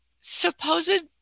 supposed